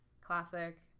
classic